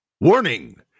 Warning